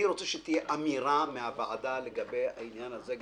אני רוצה שתהיה אמירה של הוועדה לגבי העניין הזה,